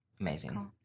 amazing